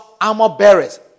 armor-bearers